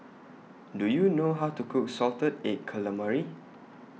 Do YOU know How to Cook Salted Egg Calamari